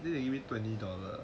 they give me twenty dollar